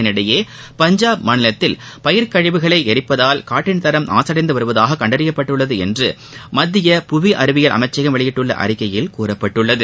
இதனிடையே பஞ்சாப் மாநிலத்தில் பயிர் கழிவுகளை எரிப்பதால் காற்றின் தரம் மாசடைந்து வருவதூக கண்டறியப்பட்டுள்ளது என்று மத்திய புவி அறிவியல் அமைச்சகம் வெளியிட்டுள்ள அறிக்கையில் கூறப்பட்டுள்ளது